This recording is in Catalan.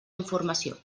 informació